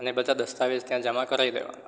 અને બધા દસ્તાવેજ ત્યાં જમા કરાવી દેવાના